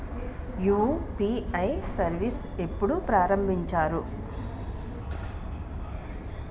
UPI service ఎప్పుడు ప్రారంభించారు?